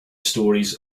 stories